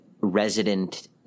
resident